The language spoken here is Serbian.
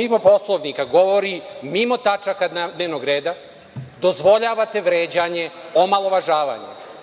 mimo Poslovnika govori, mimo tačaka dnevnog reda, dozvoljavate vređanje, omalovažavanje.